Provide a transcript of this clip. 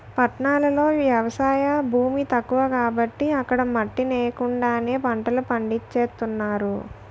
పట్టణాల్లో ఎవసాయ భూమి తక్కువ కాబట్టి అక్కడ మట్టి నేకండానే పంటలు పండించేత్తన్నారు